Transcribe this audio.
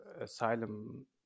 asylum